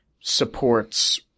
supports